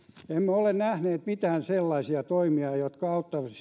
ole nähneet mitään sellaisia toimia jotka